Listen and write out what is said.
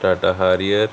Tata Harrier